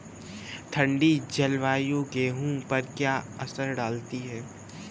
ठंडी जलवायु गेहूँ पर क्या असर डालती है?